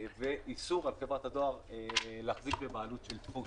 ואיסור על חברת הדואר להחזיק בבעלות של דפוס.